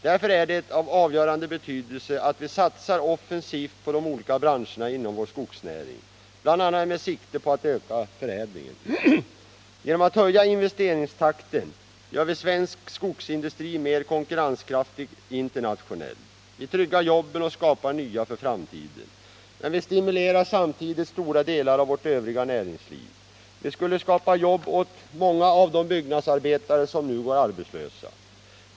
Därför är det av avgörande betydelse att vi satsar offensivt på de olika branscherna inom vår skogsnäring, bl.a. med sikte på att öka förädlingen. Genom att höja investeringstakten gör vi svensk skogsindustri mer konkurrenskraftig internationellt, vi tryggar jobben och skapar nya för framtiden. Men vi stimulerar samtidigt stora delar av vårt övriga näringsliv. Vi skulle skapa jobb åt många av de byggnadsarbetare som nu går arbetslösa.